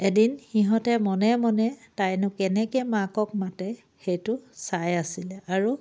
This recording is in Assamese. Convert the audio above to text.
এদিন সিহঁতে মনে মনে তাইনো কেনেকে মাকক মাতে সেইটো চাই আছিলে আৰু